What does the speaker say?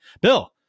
Bill